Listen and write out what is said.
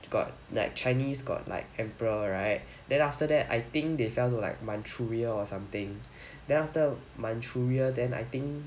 got like chinese got like emperor right then after that I think they fell to like manchuria or something then after manchuria then I think